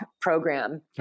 program